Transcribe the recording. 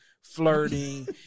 flirting